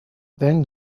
then